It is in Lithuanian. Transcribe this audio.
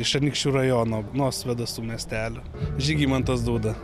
iš anykščių rajono nuo svėdasų miestelio žygimantas dūda